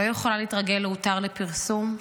לא יכולה להתרגל ל"הותר לפרסום".